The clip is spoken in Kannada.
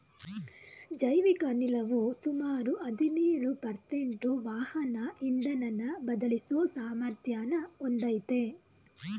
ಜೈವಿಕ ಅನಿಲವು ಸುಮಾರು ಹದಿನೇಳು ಪರ್ಸೆಂಟು ವಾಹನ ಇಂಧನನ ಬದಲಿಸೋ ಸಾಮರ್ಥ್ಯನ ಹೊಂದಯ್ತೆ